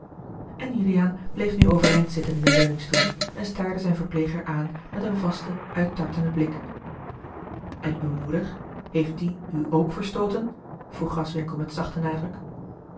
en juliaan bleef nu overeind zitten in den leuningstoel en staarde zijn verpleger aan met een vasten uittartenden blik en uwe moeder heeft die u ook verstooten vroeg graswinckel met zachten nadruk